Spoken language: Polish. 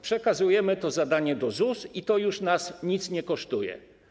Przekazujemy to zadanie do ZUS i to już nas nic nie kosztuje.